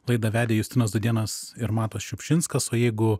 laidą vedė justinas dudėnas ir matas šiupšinskas o jeigu